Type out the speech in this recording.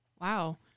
wow